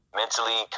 mentally